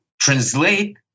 translate